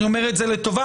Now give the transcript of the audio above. אני אומר את זה לזכותו.